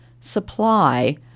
supply